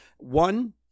One